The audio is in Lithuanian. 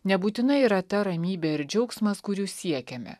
nebūtinai yra ta ramybė ir džiaugsmas kurių siekiame